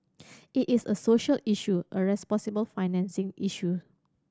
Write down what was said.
it is a social issue a responsible financing issue